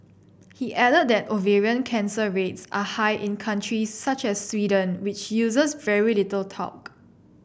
he added that ovarian cancer rates are high in countries such as Sweden which uses very little talc